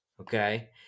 okay